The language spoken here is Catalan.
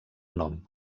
nom